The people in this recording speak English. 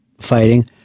fighting